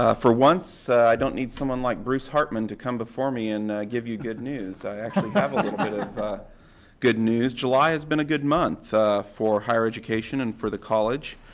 ah for once i don't need someone like bruce hartman to come before me and give you good news. i actually have a little bit of ah good news. july has been good month for higher education and for the college,